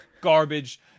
garbage